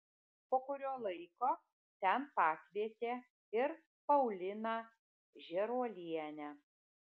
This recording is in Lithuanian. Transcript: po kurio laiko ten pakvietė ir pauliną žėruolienę